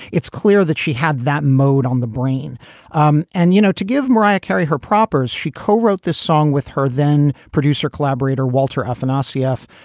it's clear that she had that mode on the brain um and you know, to give mariah carey her propers, she co-wrote this song with her then producer, collaborator walter alphen, ah rcf.